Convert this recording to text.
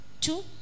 two